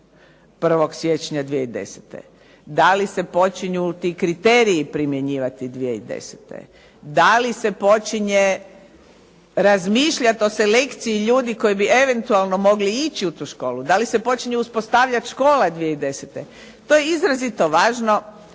01. siječnja 2010.? Da li se počinju ti kriteriji primjenjivati 2010.? Da li se počinje razmišljati o selekciji ljudi koji bi eventualno mogli ići u tu školu? Da li se počinje uspostavljati škola 2010.? To je izrazito važno